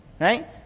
right